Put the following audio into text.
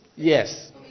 Yes